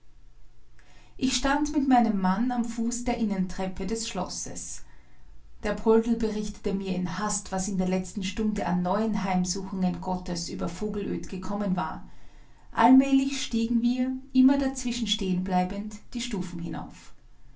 ich stand mit meinem mann am fuß der innentreppe des schlosses der poldl berichtete mir in hast was in der letzten stunde an neuen heimsuchungen gottes über vogelöd gekommen war allmählich stiegen wir immer dazwischen stehen bleibend die stufen hinauf